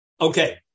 Okay